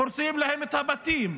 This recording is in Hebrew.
הורסים להם את הבתים,